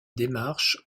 démarche